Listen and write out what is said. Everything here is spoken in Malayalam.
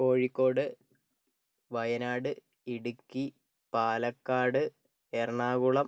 കോഴിക്കോട് വയനാട് ഇടുക്കി പാലക്കാട് എറണാകുളം